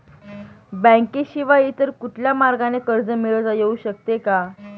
बँकेशिवाय इतर कुठल्या मार्गाने कर्ज मिळविता येऊ शकते का?